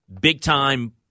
big-time